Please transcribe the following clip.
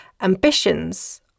ambitions